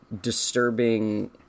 disturbing